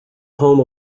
home